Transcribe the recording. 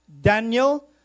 Daniel